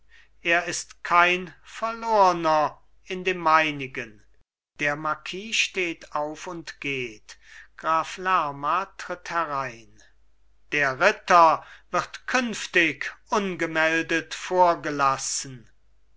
er ist kein verlorner in dem meinigen der marquis steht auf und geht graf lerma tritt herein der ritter wird künftig ungemeldet vorgelassen